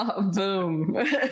Boom